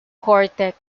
corte